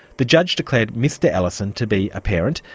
the judge declared mr ellison to be a parent,